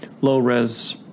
low-res